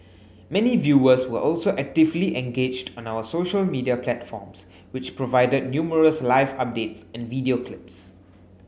many viewers were also actively engaged on our social media platforms which provided numerous live updates and video clips